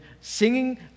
singing